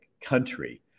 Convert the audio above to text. country